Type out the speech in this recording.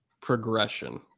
progression